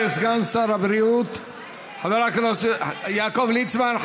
תודה לסגן שר הבריאות יעקב ליצמן.